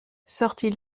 sortie